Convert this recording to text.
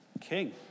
King